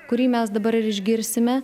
kurį mes dabar ir išgirsime